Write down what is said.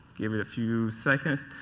give you a few seconds.